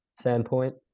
standpoint